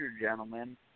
gentlemen